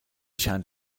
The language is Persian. چند